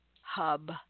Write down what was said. hub